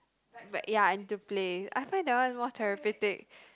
wait ya I'm to Play I find that one more therapeutic